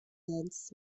events